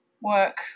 work